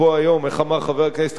איך אמר חבר הכנסת כבל,